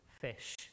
fish